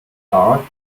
dark